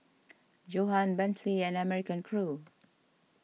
Johan Bentley and American Crew